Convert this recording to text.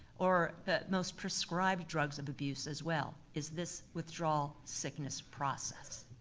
or the most prescribed drugs of abuse as well, is this withdrawal sickness process.